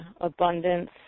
abundance